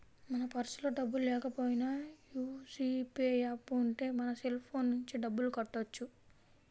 మన పర్సులో డబ్బుల్లేకపోయినా యీ జీ పే యాప్ ఉంటే మన సెల్ ఫోన్ నుంచే డబ్బులు కట్టొచ్చు